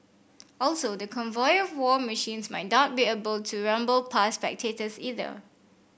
also the convoy of war machines might not be able to rumble past by spectators either